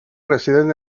residen